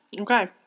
Okay